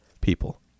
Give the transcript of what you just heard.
people